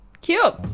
cute